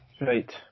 Right